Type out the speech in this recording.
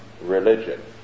religion